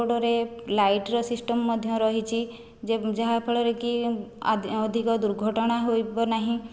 ରୋଡ଼ରେ ଲାଇଟ୍ ର ସିଷ୍ଟମ ମଧ୍ୟ ରହିଛି ଯେ ଯାହା ଫଳରେ କି ଅଧିକ ଦୁର୍ଘଟଣା ହେବ ନାହିଁ